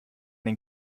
den